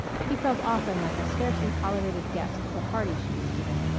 he felt often like a scarcely tolerated guest at a party she was giving.